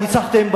ניצחתם,